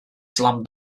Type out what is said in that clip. slam